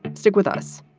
stick with us.